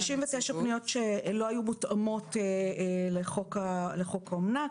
69 פניות שלא היו מותאמות לחוק האומנה.